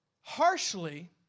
harshly